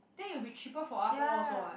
then it'll be cheaper for us all also what